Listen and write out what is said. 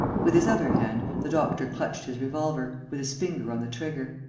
with his other hand, the doctor clutched his revolver, with his finger on the trigger.